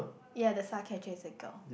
ya the star catcher is a girl